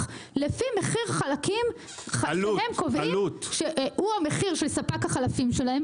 לפי מחיר חלקים שהם קובעים שהוא המחיר של ספק החלפים שלהם.